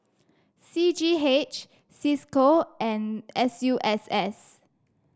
C G H Cisco and S U S S